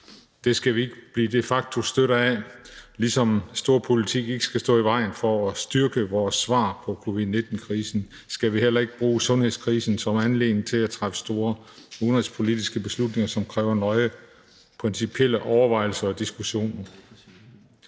Det skal vi ikke blive de facto-støtter af. Ligesom storpolitik ikke bare kan stå i vejen for at styrke vores svar på covid-19-krisen, skal vi heller ikke bruge sundhedskrisen som anledning til at træffe store udenrigspolitiske beslutninger, som kræver nøje principielle overvejelser og diskussioner.